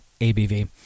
ABV